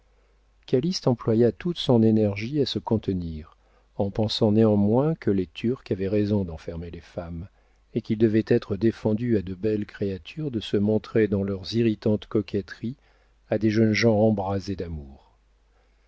calyste employa toute son énergie à se contenir en pensant néanmoins que les turcs avaient raison d'enfermer les femmes et qu'il devait être défendu à de belles créatures de se montrer dans leurs irritantes coquetteries à des jeunes gens embrasés d'amour